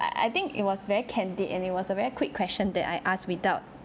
I I think it was very candid and it was a very quick question that I asked without